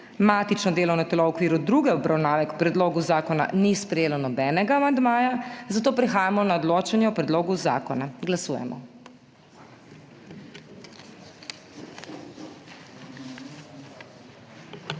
Matično delovno telo v okviru druge obravnave k predlogu zakona ni sprejelo nobenega amandmaja, zato prehajamo na odločanje o predlogu zakona. Glasujemo.